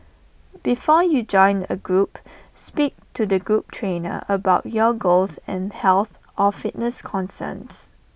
before you join A group speak to the group trainer about your goals and health or fitness concerns